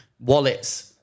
wallets